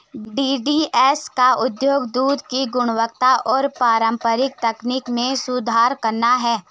DEDS का उद्देश्य दूध की गुणवत्ता और पारंपरिक तकनीक में सुधार करना है